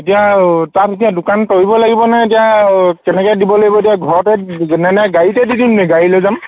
এতিয়া আৰু তাত এতিয়া দোকান তৰিব লাগিবনে এতিয়া কেনেকৈ দিব লাগিব এতিয়া ঘৰতে নে গাড়ী চাই দি দিম নেকি গাড়ী যাম